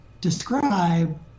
describe